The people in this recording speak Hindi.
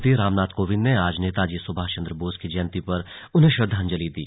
राष्ट्रपति रामनाथ कोविंद ने आज नेताजी सुभाष चन्द बोस की जयंती पर उन्हें श्रद्वांजलि दी